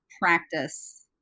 practice